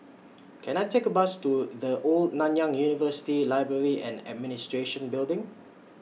Can I Take A Bus to The Old Nanyang University Library and Administration Building